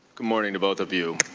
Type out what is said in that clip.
good morning to both of you.